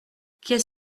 qu’est